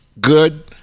good